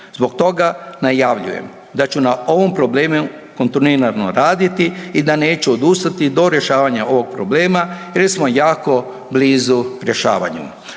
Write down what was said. Zbog toga najavljujem da ću na ovom problemu kontinuirano raditi i da neću odustati do rješavanja ovog problema jer smo jako blizu rješavanju.